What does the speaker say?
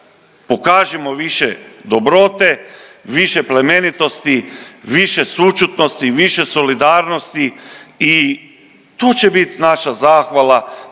pokažimo više dobrote, više plemenitosti, više sućutnosti, više solidarnosti i tu će bit naša zahvala,